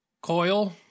Coil